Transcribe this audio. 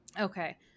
Okay